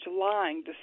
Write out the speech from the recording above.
lying